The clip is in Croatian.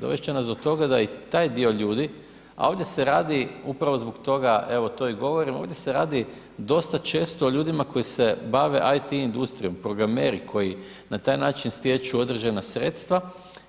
Dovesti će nas do toga da i taj dio ljudi a ovdje se radi upravo zbog toga, evo to i govorimo, ovdje se radi dosta često ljudima koji se bave IT industrijom, programeri koji na taj način stječu određena sredstva